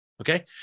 Okay